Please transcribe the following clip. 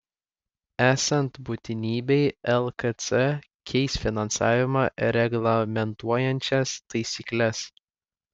esant būtinybei lkc keis finansavimą reglamentuojančias taisykles